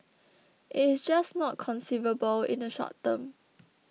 it is just not conceivable in the short term